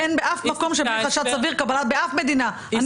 אין באף מדינה שמקבלים בלי חשד סביר.